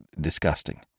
disgusting